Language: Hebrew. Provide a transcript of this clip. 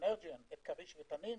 את כריש ותנין,